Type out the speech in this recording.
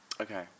Okay